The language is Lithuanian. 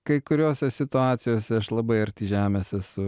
kai kuriose situacijose aš labai arti žemės esu